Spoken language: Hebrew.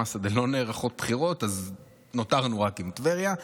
במסעדה לא נערכות בחירות, אז נותרנו רק עם טבריה.